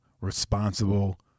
responsible